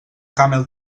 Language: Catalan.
camel